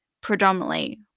predominantly